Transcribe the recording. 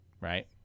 right